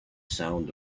sound